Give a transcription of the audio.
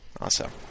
Awesome